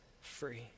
free